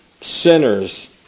sinners